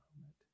moment